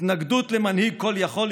התנגדות למנהיג כל-יכול,